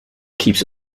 keeps